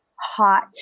hot